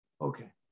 Okay